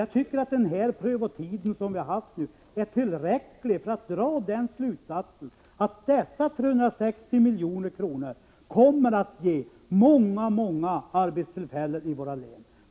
Jag tycker att den prövotid vi har haft nu är tillräcklig för att dra slutsatsen att dessa 360 milj.kr. kommer att ge många arbetstillfällen i våra län, om de placeras i länsanslaget.